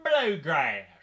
Bluegrass